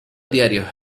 diarios